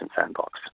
sandbox